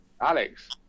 Alex